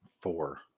four